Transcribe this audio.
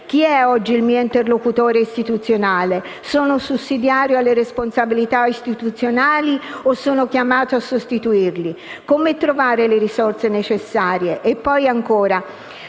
Chi è oggi il mio interlocutore istituzionale? Sono sussidiario alle responsabilità istituzionali o sono chiamato a sostituirle? Come trovare le risorse necessarie?». E poi ancora: